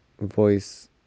voice